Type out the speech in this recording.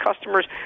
customers